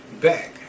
back